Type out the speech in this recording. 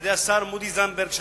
על-ידי השר מודי זנדברג,